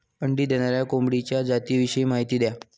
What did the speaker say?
अंडी देणाऱ्या कोंबडीच्या जातिविषयी माहिती द्या